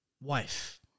wife